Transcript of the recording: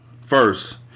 First